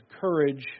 Courage